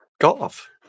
Golf